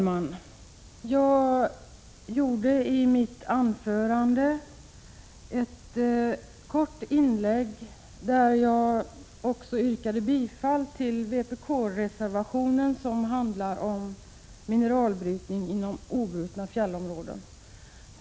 Herr talman! I mitt första anförande hade jag ett kort avsnitt där jag yrkade bifall till den vpk-reservation som handlar om mineralbrytning inom obrutna fjällområden.